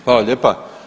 Hvala lijepa.